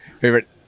Favorite